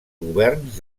governs